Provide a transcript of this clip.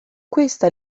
questa